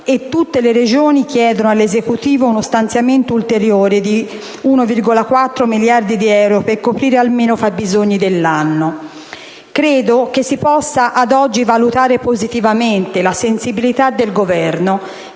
e tutte le Regioni chiedono all'Esecutivo uno stanziamento ulteriore di 1,4 miliardi di euro per coprire almeno i fabbisogni dell'anno. Credo che si possa ad oggi valutare positivamente la sensibilità del Governo,